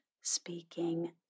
speaking